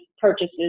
purchases